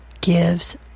gives